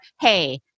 hey